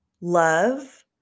love